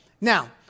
Now